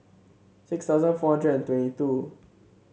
six thousand four hundred and twenty two